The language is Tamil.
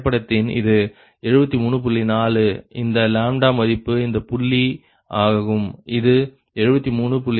4 இந்த மதிப்பு இந்த புள்ளி ஆகும் இது 73